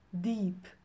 Deep